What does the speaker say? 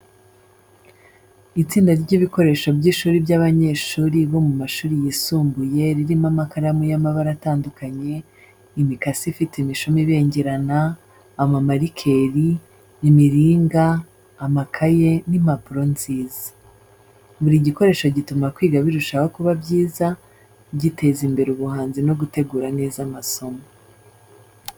Itsinda ry’ibikoresho by’ishuri by’abanyeshuri bo mu mashuri yisumbuye ririmo amakaramu y’amabara atandukanye, imikasi ifite imishumi ibengerana, amamarikeri, imiringa, amakaye, n’impapuro nziza. Buri gikoresho gituma kwiga birushaho kuba byiza, giteza imbere ubuhanzi no gutegura neza amasomo.